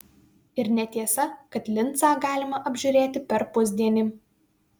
ir netiesa kad lincą galima apžiūrėti per pusdienį